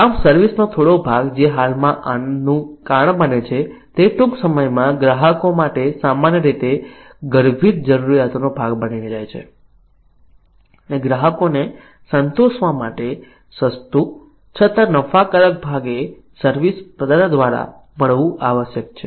આમ સર્વિસ નો થોડો ભાગ જે હાલમાં આનંદનું કારણ બને છે તે ટૂંક સમયમાં ગ્રાહકો માટે સામાન્ય રીતે ગર્ભિત જરૂરિયાતોનો ભાગ બની જાય છે અને ગ્રાહકને સંતોષવા માટે સસ્તું છતાં નફાકારક ભાવે સર્વિસ પ્રદાતા દ્વારા મળવું આવશ્યક છે